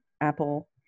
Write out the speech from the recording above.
apple